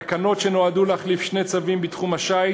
תקנות שנועדו להחליף שני צווים בתחום השיט